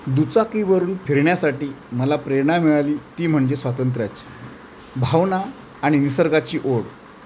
दुचाकीवरून फिरण्यासाठी मला प्रेरणा मिळाली ती म्हणजे स्वातंत्र्याची भावना आणि निसर्गाची ओढ